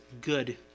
good